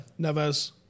Neves